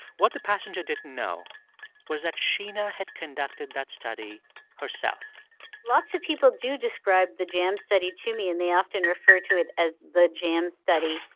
what the passenger didn't know was that sheena had conducted that study herself lots of people do describe the jam study to me, and they often refer to it as the jam study.